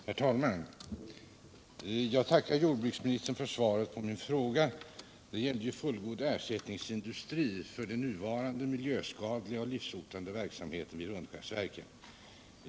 Herr talman! Jag tackar jordbruksministern för svaret på min fråga. Den gällde fullgod ersättningsindustri för den nuvarande miljöskadliga och livshotande verksamheten vid Rönnskärsverken.